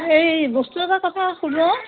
হেৰি বস্তু এটা কথা সোধোঁ